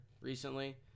recently